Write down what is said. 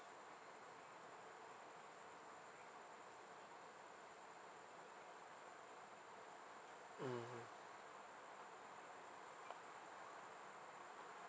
mmhmm